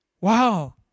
wow